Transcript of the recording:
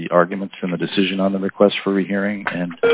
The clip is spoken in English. the arguments and the decision on the request for rehearing and